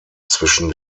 zwischen